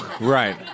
Right